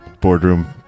boardroom